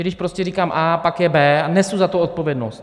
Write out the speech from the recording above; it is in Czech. Když prostě říkám A, pak je B a nesu za to odpovědnost.